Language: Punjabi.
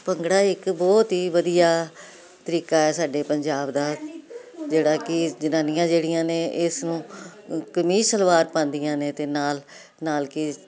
ਭੰਗੜਾ ਇੱਕ ਬਹੁਤ ਹੀ ਵਧੀਆ ਤਰੀਕਾ ਹੈ ਸਾਡੇ ਪੰਜਾਬ ਦਾ ਜਿਹੜਾ ਕਿ ਜਨਾਨੀਆਂ ਜਿਹੜੀਆਂ ਨੇ ਇਸ ਨੂੰ ਕਮੀਜ਼ ਸਲਵਾਰ ਪਾਉਂਦੀਆਂ ਨੇ ਅਤੇ ਨਾਲ ਨਾਲ ਕੇਸ